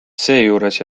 seejuures